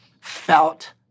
felt